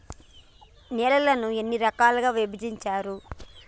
నేలలను ఎన్ని రకాలుగా విభజించారు?